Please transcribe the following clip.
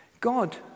God